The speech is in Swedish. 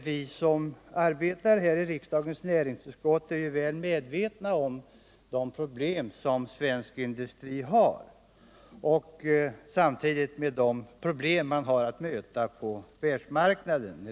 Vi som arbetar i riksdagens näringsutskott är väl medvetna om de problem som svensk industri har att möta på världsmarknaden.